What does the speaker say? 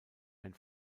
ein